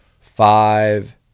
five